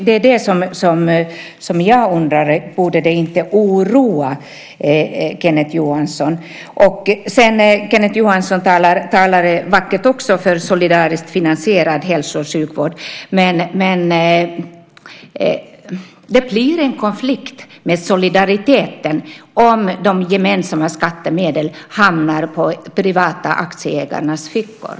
Det som jag undrar är om det inte borde oroa Kenneth Johansson. Kenneth Johansson talar också vackert för en solidariskt finansierad hälso och sjukvård, men det blir en konflikt med solidariteten om de gemensamma skattemedlen hamnar i de privata aktieägarnas fickor.